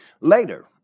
Later